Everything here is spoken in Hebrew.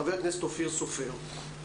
חבר הכנסת אופיר סופר, בבקשה.